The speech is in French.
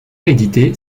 réédité